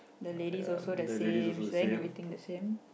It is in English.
the ladies also the same she's wearing everything the same